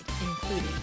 including